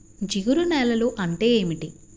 జిగురు నేలలు అంటే ఏమిటీ?